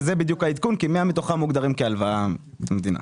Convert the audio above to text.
וזה בדיוק העדכון כי 100 מתוכם מוגדרים כהלוואה מהמדינה.